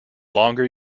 longer